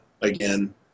again